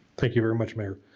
thank you very much mayor.